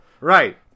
Right